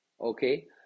okay